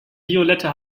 violette